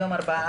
היום יום שני,